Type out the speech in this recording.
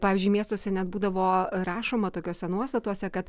pavyzdžiui miestuose net būdavo rašoma tokiuose nuostatuose kad